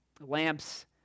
Lamps